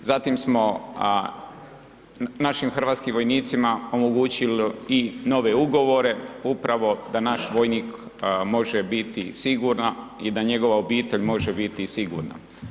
Zatim smo našim hrvatskim vojnicima omogućili i nove ugovore upravo da naš vojnik može biti siguran i da njegova obitelj može biti sigurna.